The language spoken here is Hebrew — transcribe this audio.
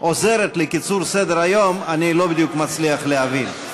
עוזרת לקיצור סדר-היום, אני לא בדיוק מצליח להבין.